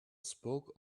spoke